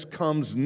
comes